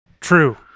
true